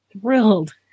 thrilled